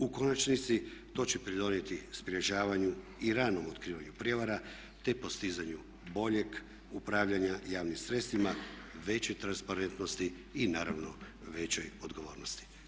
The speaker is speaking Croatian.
U konačnici to će pridonijeti sprječavanju i ranom otkrivanju prijevara te postizanju boljeg upravljanja javnim sredstvima, većoj transparentnosti i naravno većoj odgovornosti.